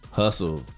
hustle